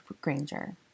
Granger